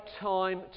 time